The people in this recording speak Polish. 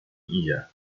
idzie